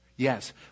Yes